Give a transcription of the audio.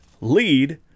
lead